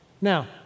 Now